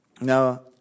Now